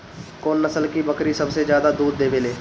कौन नस्ल की बकरी सबसे ज्यादा दूध देवेले?